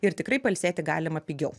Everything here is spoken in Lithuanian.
ir tikrai pailsėti galima pigiau